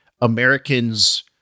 Americans